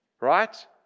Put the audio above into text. Right